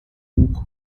tuch